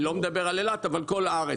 אני לא מדבר על אילת, אבל כל הארץ.